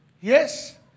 Yes